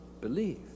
believe